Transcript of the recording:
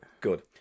Good